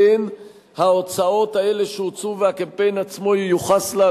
פן ההוצאות האלה שהוצאו והקמפיין עצמו ייוחסו לה,